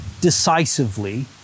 decisively